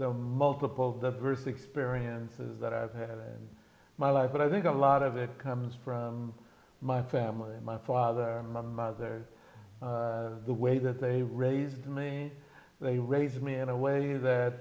the multiple diverse experiences that i've had in my life but i think a lot of it comes from my family my father my mother the way that they raised me they raised me in a way